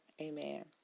amen